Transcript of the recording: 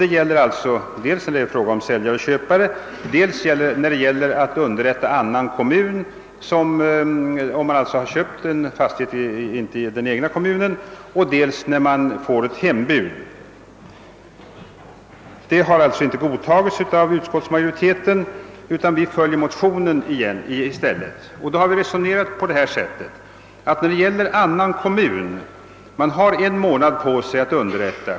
Det gäller dels köpare och säljare, dels annan kommun om fastig heten inte har köpts i den egna kommurnen, dels ock hembudsgivare till kommunen. Denna propositionens uppfattning har inte godtagits av utskottsmajoriteten, som i stället har följt mittenpartimotionen. Därvid har vi resonerat på följande sätt. Man har en månad på sig för att underrätta.